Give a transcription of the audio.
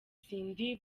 cindy